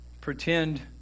pretend